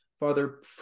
Father